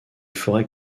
forêts